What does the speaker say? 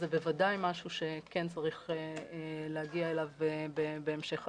זה בוודאי משהו שכן צריך להגיע אליו בהמשך הדרך.